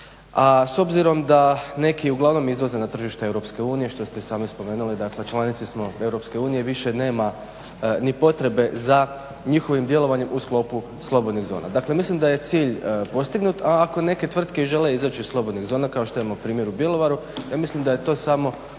a s obzirom da neki uglavnom izvoze na tržište EU što ste sami spomenuli, dakle članice smo EU, više nema ni potrebe za njihovim djelovanjem u sklopu slobodnih zona. Dakle, mislim da je cilj postignut a ako neke tvrtke žele izaći iz slobodnih zona kao što imamo primjer u Bjelovaru, ja mislim da je to samo